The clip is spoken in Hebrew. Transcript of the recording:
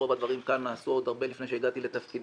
רוב הדברים כאן נעשו עוד הרבה לפני שהגעתי לתפקידי,